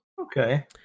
okay